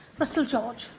russell george